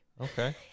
Okay